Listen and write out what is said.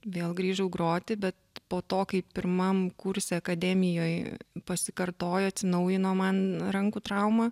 vėl grįžau groti bet po to kaip pirmam kurse akademijoj pasikartojo atsinaujino man rankų trauma